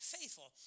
faithful